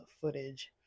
Footage